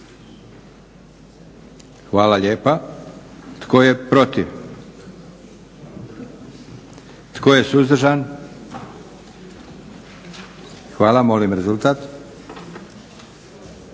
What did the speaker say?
hvala lijepa. Tko je protiv? Tko je suzdržan? Hvala. Molim rezultat.